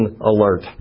alert